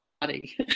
body